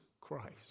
Christ